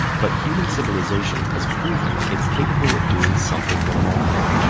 but human civilization has proven it's capable of doing something remarkable.